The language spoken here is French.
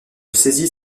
saisis